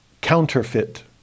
counterfeit